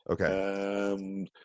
Okay